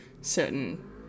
certain